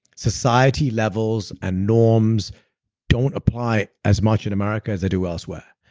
society levels and norms don't apply as much in america as they do elsewhere.